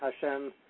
Hashem